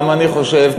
גם אני חושב,